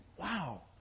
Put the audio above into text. wow